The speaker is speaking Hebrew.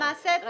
למעשה,